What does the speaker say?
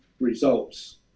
results